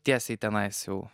tiesiai tenais jau